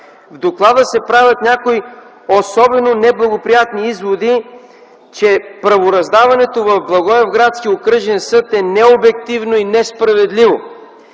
В доклада се правят някои особено неблагоприятни изводи, че правораздаването в Благоевградския окръжен съд е необективно и несправедливо.